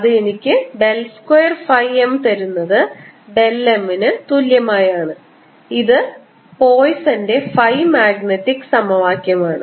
അത് എനിക്ക് del square phi M തരുന്നത് ഡെൽ M ന് തുല്യമായാണ് ഇത് പോയ്സന്റെ ഫൈ മാഗ്നറ്റിക് സമവാക്യമാണ്